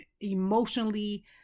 emotionally